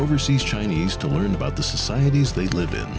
overseas chinese to learn about the societies they live in